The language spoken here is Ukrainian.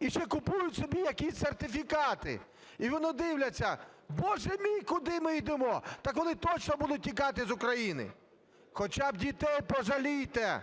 і ще купують собі якісь сертифікати, і вони дивляться, боже мій, куди ми йдемо? Так вони точно будуть тікати з України. Хоча б дітей пожалійте.